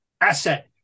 asset